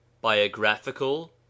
Biographical